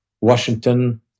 Washington